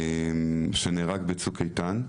הוא נהרג בצוק איתן,